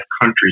countries